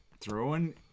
throwing